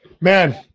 Man